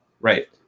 Right